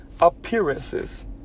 appearances